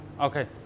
Okay